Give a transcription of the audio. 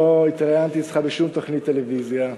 לא התראיינתי אצלך בשום תוכנית טלוויזיה,